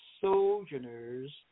sojourners